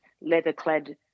leather-clad